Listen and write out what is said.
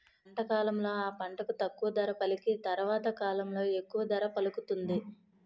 పంట కాలంలో ఆ పంటకు తక్కువ ధర పలికి తరవాత కాలంలో ఎక్కువ ధర పలుకుతుంది